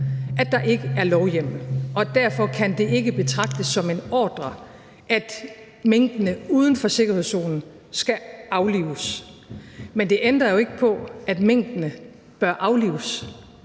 at der ikke er lovhjemmel, og derfor kan det ikke betragtes som en ordre, at minkene udenfor sikkerhedszonen skal aflives. Men det ændrer jo ikke på, at minkene bør aflives,